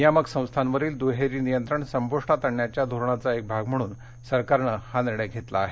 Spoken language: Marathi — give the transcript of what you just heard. नियामक संस्थांवरील दुहेरी नियंत्रण संपुष्टात आणण्याच्या धोरणाचा एक भाग म्हणून सरकारनं हा निर्णय घेतला आहे